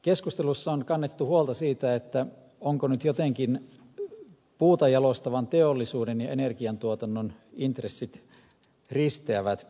keskustelussa on kannettu huolta siitä ovatko nyt jotenkin puuta jalostavan teollisuuden ja energiantuotannon intressit risteävät